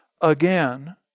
again